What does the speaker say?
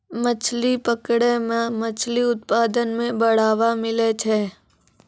मछली पकड़ै मे मछली उत्पादन मे बड़ावा मिलै छै